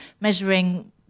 measuring